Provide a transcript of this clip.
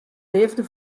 leafde